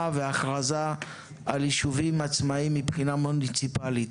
והכרזה על יישובים עצמאיים מבחינה מוניציפאלית.